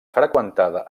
freqüentada